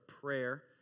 prayer